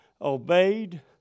obeyed